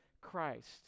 Christ